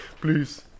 Please